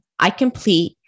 iComplete